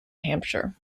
hampshire